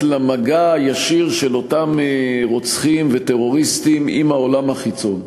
במגע הישיר של אותם רוצחים וטרוריסטים עם העולם החיצון,